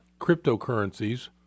cryptocurrencies